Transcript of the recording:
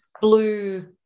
blue